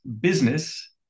business